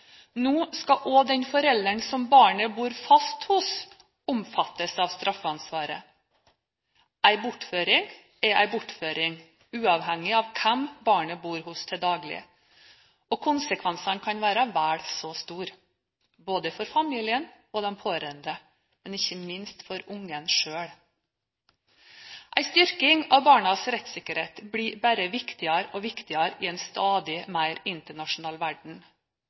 Nå skal også den forelderen som barnet bor fast hos, omfattes av straffeansvaret. En bortføring er en bortføring, uavhengig av hvem barnet bor hos til daglig, og konsekvensene kan være vel så store – både for familien og de pårørende, men ikke minst for barnet selv. En styrking av barnas rettssikkerhet blir bare viktigere og viktigere i en stadig mer internasjonal verden.